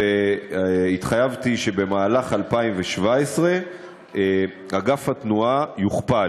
והתחייבתי שבמהלך 2017 אגף התנועה יוכפל.